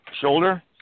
shoulder